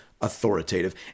authoritative